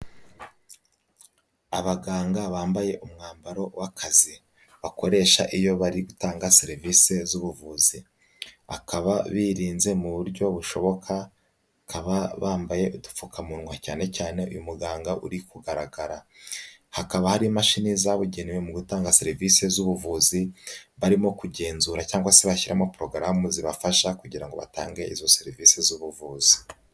Abaganga bambaye umwambaro w'akazi, bakoresha iyo bari gutanga serivisi z'ubuvuzi, bakaba birinze mu buryo bushoboka bakaba bambaye udupfukamunwa cyane cyane uyu muganga uri kugaragara, hakaba hari imashini zabugenewe mu gutanga serivisi z'ubuvuzi, barimo kugenzura cyangwa se bashyiramo porogaramu zibafasha kugira ngo batange izo serivisi z'ubuvuzi.